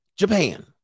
japan